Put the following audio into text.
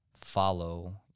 follow